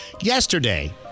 Yesterday